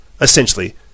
essentially